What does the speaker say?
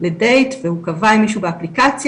לדייט והוא קבע עם מישהו באפליקציה